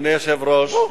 אדוני היושב-ראש,